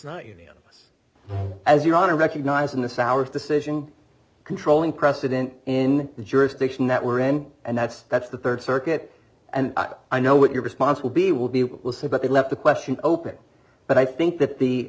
not unanimous as your honor recognizing the souers decision controlling precedent in the jurisdiction that we're in and that's that's the rd circuit and i know what your response will be will be will say but they left the question open but i think that the